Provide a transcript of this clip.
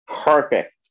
Perfect